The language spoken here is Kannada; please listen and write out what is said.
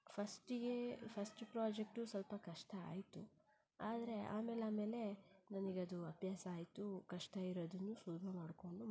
ಫಸ್ಟಿಗೆ ಫಸ್ಟ್ ಪ್ರಾಜೆಕ್ಟು ಸ್ವಲ್ಪ ಕಷ್ಟ ಆಯಿತು ಆದರೆ ಆಮೇಲೆ ಆಮೇಲೆ ನನಗದು ಅಭ್ಯಾಸ ಆಯಿತು ಕಷ್ಟ ಇರೋದನ್ನು ಸುಲಭ ಮಾಡ್ಕೊಂಡು